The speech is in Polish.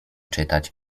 czytać